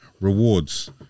rewards